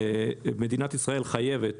מדינת ישראל חייבת